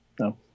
No